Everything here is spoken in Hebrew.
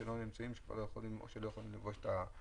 שכבר לא נמצאים איתנו וכבר לא יכולים לחבוש את הקסדה.